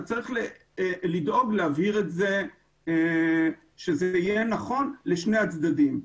צריך לדאוג להבהיר את זה שזה יהיה נכון לשני הצדדים.